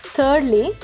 Thirdly